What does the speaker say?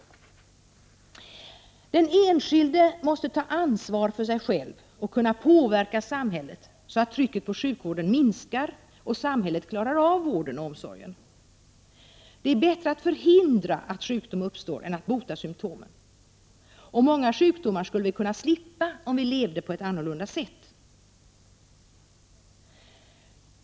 Den enskilde måste ta ansvar för sig själv och kunna påverka samhället, så att trycket på sjukvården minskar och samhället klarar av vården och omsorgen. Det är bättre att förhindra att sjukdom uppstår än att bota symtomen. Många sjukdomar skulle vi kunna slippa om vi levde på ett annat sätt.